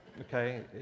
Okay